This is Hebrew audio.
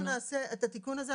אנחנו נעשה את התיקון הזה,